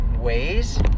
ways